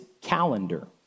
calendar